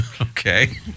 Okay